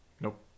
nope